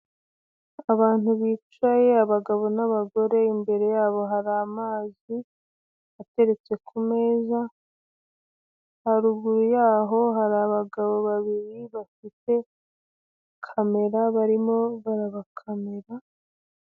Abantu bicaye abagabo n'abagore, imbere yabo hari amazi ateretse ku meza, haruguru yaho hari abagabo babiri bafite kamera barimo barabakamera.